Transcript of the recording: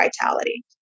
vitality